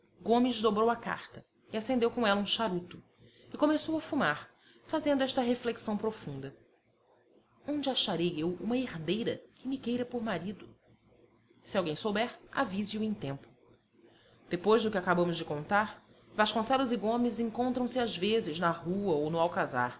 gomes dobrou a carta e acendeu com ela um charuto e começou a fumar fazendo esta reflexão profunda onde acharei eu uma herdeira que me queira por marido se alguém souber avise o em tempo depois do que acabamos de contar vasconcelos e gomes encontram-se às vezes na rua ou no alcazar